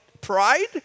pride